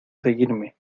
seguirme